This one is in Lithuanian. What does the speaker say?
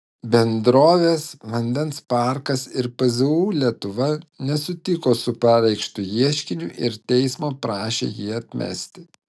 bendrovės vandens parkas ir pzu lietuva nesutiko su pareikštu ieškiniu ir teismo prašė jį atmesti